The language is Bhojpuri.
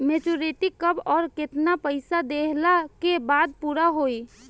मेचूरिटि कब आउर केतना पईसा देहला के बाद पूरा होई?